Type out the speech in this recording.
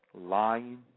lying